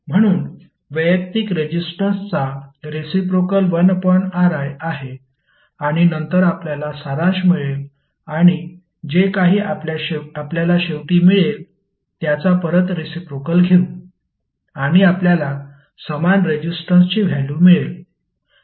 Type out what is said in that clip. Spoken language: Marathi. म्हणून वैयक्तिक रेजिस्टन्सचा रेसिप्रोकेल 1Ri आहे आणि नंतर आपल्याला सारांश मिळेल आणि जे काही आपल्याला शेवटी मिळेल त्याचा परत रेसिप्रोकेल घेऊ आणि आपल्याला समान रेजिस्टन्सची व्हॅल्यु मिळेल